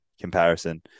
comparison